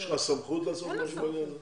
יש לך סמכות לעשות משהו בעניין הזה?